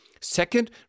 Second